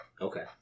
Okay